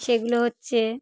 সেগুলো হচ্ছে